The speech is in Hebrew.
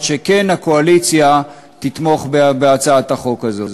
הקואליציה כן תתמוך בהצעת החוק הזאת.